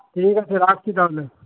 ঠিক আছে রাখছি তাহলে